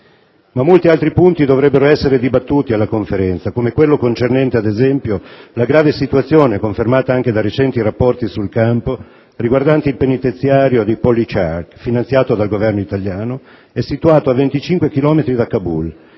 Ma molti altri punti dovrebbero essere dibattuti alla Conferenza, come quello concernente, ad esempio, la grave situazione, confermata anche da recenti rapporti sul campo, riguardante il penitenziario di Pol-i-Chark, finanziato dal Governo italiano e situato a 25 chilometri da Kabul.